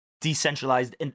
decentralized